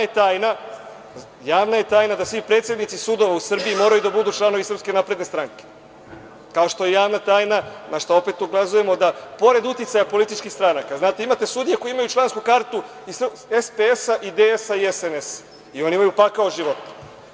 Javna je tajna da sve predsednici sudova u Srbiji moraju da budu članovi SNS, kao što je javna tajna, našta opet ukazujemo, da pored uticaja političkih stranaka, znate, imate sudije koji imaju člansku kartu i SPS i DS i SNS i oni imaju pakao od života.